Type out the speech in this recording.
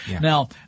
Now